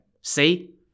see